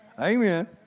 Amen